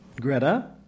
Greta